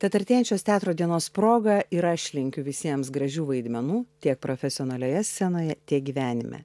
tad artėjančios teatro dienos proga ir aš linkiu visiems gražių vaidmenų tiek profesionalioje scenoje tiek gyvenime